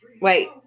Wait